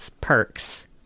perks